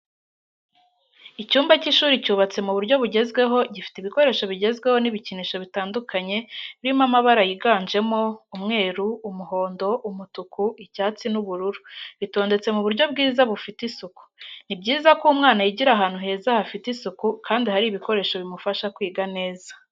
Icyumba cy'ishuri cyubatse mu buryo bugezweho gifite ibikoresho bigezweho n'ibikinisho bitandukanye biri mabara yiganjemo umweru, umuhondo, umutuku, icyatsi n'ubururu bitondetse mu buryo bwiza bufite isuku. Ni byiza ko umwana yigira ahantu heza hafite isuku kandi hari ibikoresho bimufasha kwiga neza.